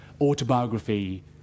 autobiography